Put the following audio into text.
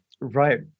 Right